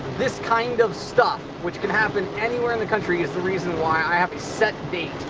this kind of stuff which can happen anywhere in the country is the reason why i have a set date